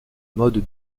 mode